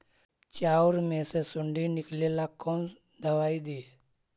चाउर में से सुंडी निकले ला कौन दवाई दी?